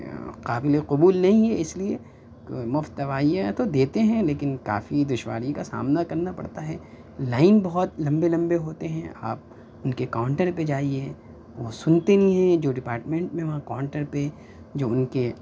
قابل قبول نہیں ہے اس لیے مفت دوائیاں تو دیتے ہیں لیکن کافی دشواری کا سامنا کرنا پڑتا ہے لائن بہت لمبے لمبے ہوتے ہیں آپ ان کے کاؤنٹر پہ جائیے وہ سنتے نہیں ہیں جو ڈپاٹمینٹ میں وہاں کاؤنٹر پہ جو ان کے